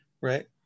right